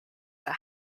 that